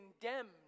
condemned